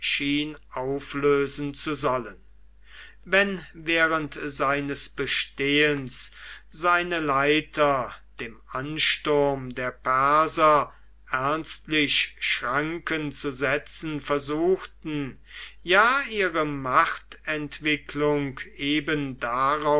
auflösen zu sollen wenn während seines bestehens seine leiter dem ansturm der perser ernstlich schranken zu setzen versuchten ja ihre machtentwicklung eben